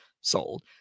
Sold